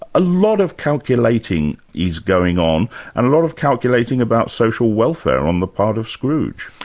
ah a lot of calculating is going on, and a lot of calculating about social welfare on the part of scrooge.